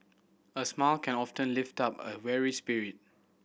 a smile can often lift up a weary spirit